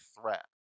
threat